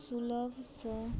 सुलभसँ